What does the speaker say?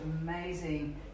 amazing